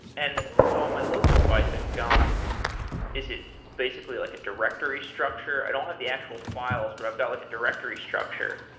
and so on my local device i've got is it basically like a directory structure? i don't have the actual files, but i've got like a directory structure.